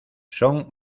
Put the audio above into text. son